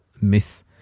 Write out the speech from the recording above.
myth